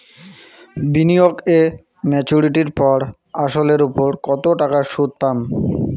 বিনিয়োগ এ মেচুরিটির পর আসল এর উপর কতো টাকা সুদ পাম?